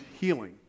healing